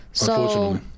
Unfortunately